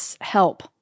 help